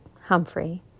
Humphrey